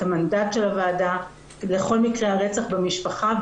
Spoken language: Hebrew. את המנדט של הוועדה לכל מקרי הרצח במשפחה,